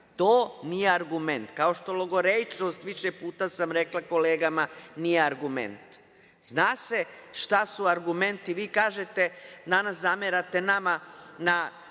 To nije argument, kao što logoreičnost, više puta sam rekla kolegama, nije argument. Zna se šta su argumenti. Vi kažete, danas zamerate nama na